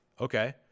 Okay